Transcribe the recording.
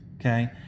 okay